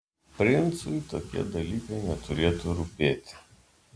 princui tokie dalykai neturėtų rūpėti